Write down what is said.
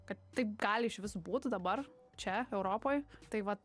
kad taip gali išvis būt dabar čia europoj tai va